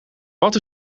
wat